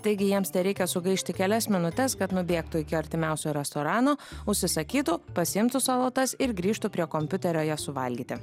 taigi jiems tereikia sugaišti kelias minutes kad nubėgtų iki artimiausio restorano užsisakytų pasiimtų salotas ir grįžtų prie kompiuterio jas suvalgyti